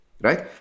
Right